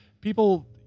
people